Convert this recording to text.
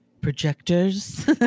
projectors